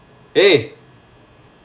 eh